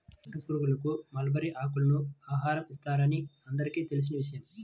పట్టుపురుగులకు మల్బరీ ఆకులను ఆహారం ఇస్తారని అందరికీ తెలిసిన విషయమే